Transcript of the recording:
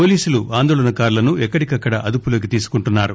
పోలీసులు ఆందోళన కారులను ఎక్కదికక్కడ అదుపులోకి తీసుకుంటున్నారు